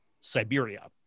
Siberia